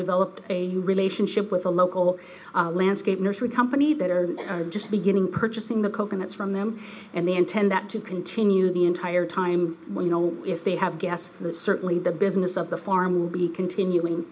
developed a relationship with a local landscape nursery company that are just beginning purchasing the coconuts from them and they intend that to continue the entire time when you know if they have gas or certainly the business of the farm will be continuing